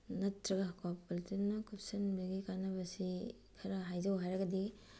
ꯅꯠꯇꯔꯒ ꯀꯣ ꯄꯣꯂꯤꯊꯤꯟꯅ ꯀꯨꯞꯁꯤꯟꯕꯒꯤ ꯀꯥꯟꯅꯕꯁꯤ ꯈꯔ ꯍꯥꯏꯖꯧ ꯍꯥꯏꯔꯒꯗꯤ